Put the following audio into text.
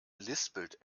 lispelt